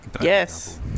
Yes